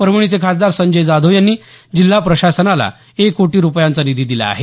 परभणीचे खासदार संजय जाधव यांनी जिल्हा प्रशासनाला एक कोटी रुपयांचा निधी दिला आहे